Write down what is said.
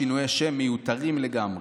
שינויי שם מיותרים לגמרי,